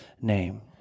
name